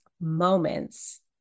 moments